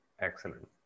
Excellent